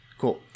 Cool